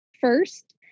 first